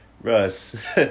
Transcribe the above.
Russ